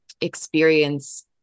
experience